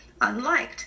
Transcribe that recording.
unliked